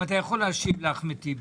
אם אתה יכול להשיב לאחמד טיבי.